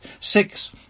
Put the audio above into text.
six